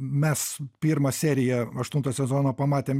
mes pirmą seriją aštunto sezono pamatėm